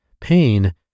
pain